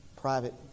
private